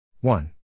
One